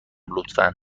لطفا